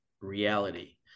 reality